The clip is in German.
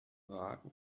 wagen